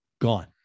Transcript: Gone